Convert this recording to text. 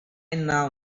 now